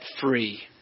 free